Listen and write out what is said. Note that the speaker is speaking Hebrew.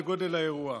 לגודל האירוע.